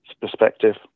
perspective